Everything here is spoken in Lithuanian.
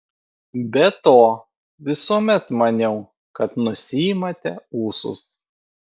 be to visuomet maniau kad nusiimate ūsus